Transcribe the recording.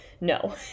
No